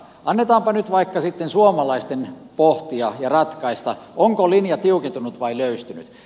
annetaanpa nyt vaikka sitten suomalaisten pohtia ja ratkaista onko linja tiukentunut vai löystynyt